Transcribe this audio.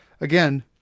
Again